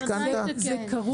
ודאי שכן.